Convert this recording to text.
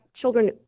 children